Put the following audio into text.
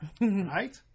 right